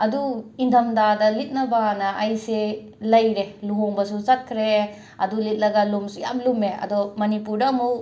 ꯑꯗꯨ ꯏꯪꯗꯝꯗꯥꯗ ꯂꯤꯠꯅꯕꯅ ꯑꯩꯁꯦ ꯂꯩꯔꯦ ꯂꯨꯍꯣꯡꯕꯁꯨ ꯆꯠꯈ꯭ꯔꯦ ꯑꯗꯨ ꯂꯤꯠꯂꯒ ꯂꯨꯝꯁꯨ ꯌꯥꯝꯅ ꯂꯨꯝꯃꯦ ꯑꯗꯣ ꯃꯅꯤꯄꯨꯔꯗ ꯑꯃꯨꯛ